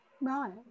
Right